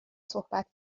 صحبت